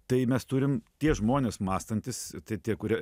tai mes turim tie žmonės mąstantys tai tie kurie